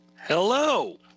Hello